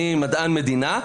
אני מדען מדינה,